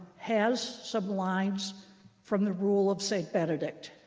has some lines from the rule of saint benedict.